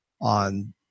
on